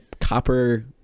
copper